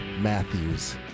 Matthews